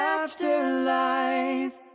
afterlife